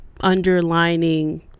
underlining